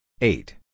Eight